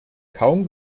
kaum